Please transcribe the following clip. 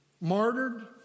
martyred